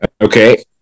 Okay